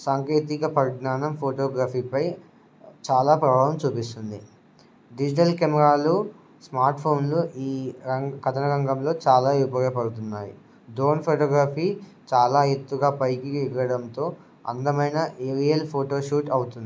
సాంకేతిక పరిజ్ఞానం ఫోటోగ్రఫీపై చాలా ప్రభావం చూపిస్తుంది డిజిటల్ కెమెరాలు స్మార్ట్ ఫోన్లు ఈ ర కథన రంగంలో చాలా ఉపయోగపడుతున్నాయి డ్రోన్ ఫోటోగ్రఫీ చాలా ఎత్తుగా పైకి ఎగరడంతో అందమైన రియల్ ఫోటో షూట్ అవుతుంది